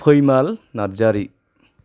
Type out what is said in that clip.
फैमाल Narzary